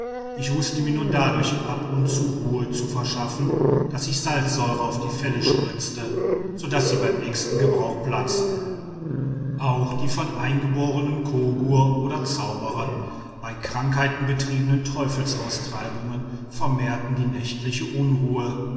ich wußte mir nur dadurch ab und zu ruhe zu verschaffen daß ich salzsäure auf die felle spritzte so daß sie beim nächsten gebrauch platzten auch die von den eingeborenen kogur oder zauberern bei krankheiten betriebenen teufelaustreibungen vermehrten die nächtliche unruhe